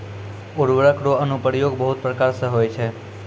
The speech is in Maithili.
उर्वरक रो अनुप्रयोग बहुत प्रकार से होय छै